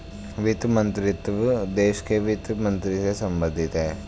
वित्त मंत्रीत्व देश के वित्त मंत्री से संबंधित है